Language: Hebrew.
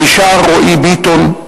מישר רועי ביטון,